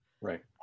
Right